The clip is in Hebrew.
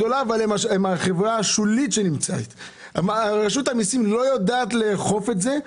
רשות המיסים לא יודעת לאכוף את זה,